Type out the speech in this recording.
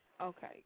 Okay